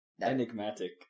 Enigmatic